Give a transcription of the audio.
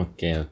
Okay